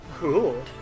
Cool